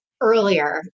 earlier